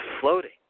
floating